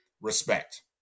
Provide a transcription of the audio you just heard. respect